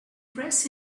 press